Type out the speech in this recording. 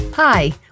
Hi